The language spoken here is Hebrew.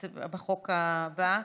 את בחוק הבא.